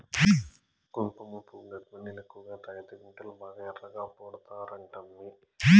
కుంకుమపువ్వు గర్భిణీలు ఎక్కువగా తాగితే బిడ్డలు బాగా ఎర్రగా పడతారంటమ్మీ